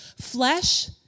flesh